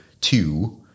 two